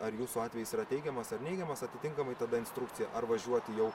ar jūsų atvejis yra teigiamas ar neigiamas atitinkamai tada instrukcija ar važiuoti jau